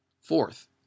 Fourth